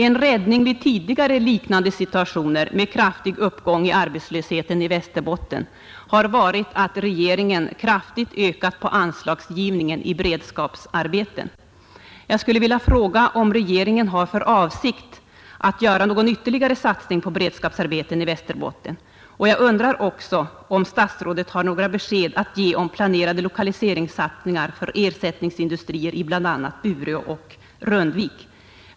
En räddning vid tidigare liknande situationer med kraftig uppgång i arbetslösheten i Västerbotten har varit att regeringen kraftigt ökat på anslagsgivningen till beredskapsarbeten. Jag skulle vilja fråga om regeringen har för avsikt att göra någon ytterligare satsning på beredskapsarbeten i Västerbotten. Och jag undrar också om statsrådet har några besked att ge om planerade lokaliseringssatsningar för ersättningsindustrier i bl.a. Bureå och Rundvik.